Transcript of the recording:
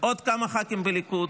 עוד כמה ח"כים בליכוד,